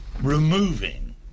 removing